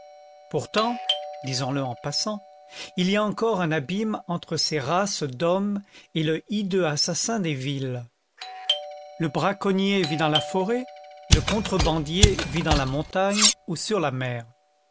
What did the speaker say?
pourtant disons-le en passant il y a encore un abîme entre ces races d'hommes et le hideux assassin des villes le braconnier vit dans la forêt le contrebandier vit dans la montagne ou sur la mer